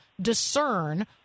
discern